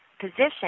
position